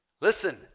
Listen